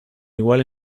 igual